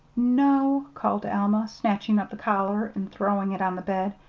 no, called alma, snatching up the collar and throwing it on the bed.